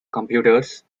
computers